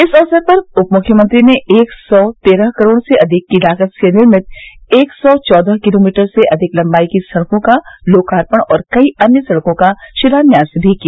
इस अवसर पर उपमुख्यमंत्री ने एक सौ तेरह करोड़ से अधिक की लागत से निर्मित एक सौ चौदह किलोमीटर से अधिक लम्बाई की सड़कों का लोकार्पण और कई अन्य सड़कों का शिलान्यास भी किया